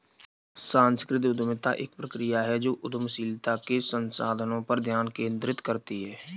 सांस्कृतिक उद्यमिता एक प्रक्रिया है जो उद्यमशीलता के संसाधनों पर ध्यान केंद्रित करती है